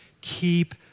Keep